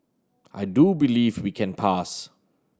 I do believe we can pass